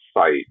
site